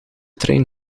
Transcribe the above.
trein